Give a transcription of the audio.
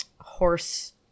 horse